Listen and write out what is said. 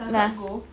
mah